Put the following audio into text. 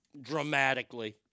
dramatically